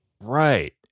right